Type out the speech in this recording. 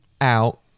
out